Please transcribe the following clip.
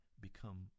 become